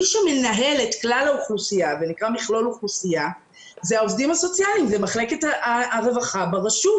מי שמנהל את כלל האוכלוסייה זה העובדים הסוציאליים ומחלקת הרווחה ברשות.